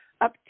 up